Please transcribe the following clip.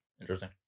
Interesting